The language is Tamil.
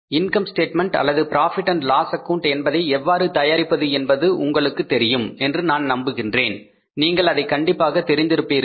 இன்கம் ஸ்டேட்மெண்ட் அல்லது profit and loss account Profit Loss Account என்பதை எவ்வாறு தயாரிப்பது என்பது உங்களுக்கு தெரியும் என்று நான் நம்புகின்றேன் நீங்கள் அதை கண்டிப்பாக தெரிந்து இருப்பீர்கள்